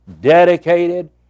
dedicated